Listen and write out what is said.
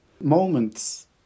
moments